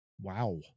Wow